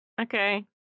okay